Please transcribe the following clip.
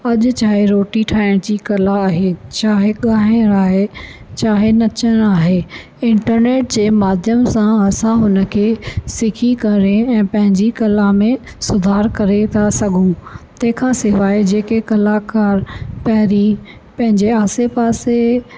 अॼु चाहे रोटी ठाहिण जी कला आहे चाहे ॻाइणु आहे चाहे नचणु आहे इंटरनेट जे माध्यम सां असां हुनखे सिखी करे ऐं पंहिंजी कला में सुधार करे था सघूं तंहिं खां सवाइ जेके कलाकार पहिरीं पंहिंजे आसे पासे